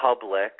public